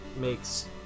makes